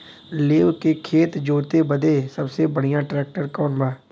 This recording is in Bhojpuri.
लेव के खेत जोते बदे सबसे बढ़ियां ट्रैक्टर कवन बा?